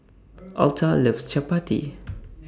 Altha loves Chapati